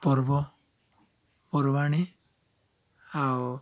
ପର୍ବପର୍ବାଣି ଆଉ